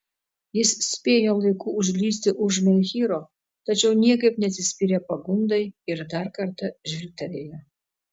jis spėjo laiku užlįsti už menhyro tačiau niekaip neatsispyrė pagundai ir dar kartą žvilgtelėjo